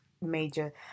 major